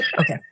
Okay